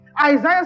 Isaiah